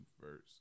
first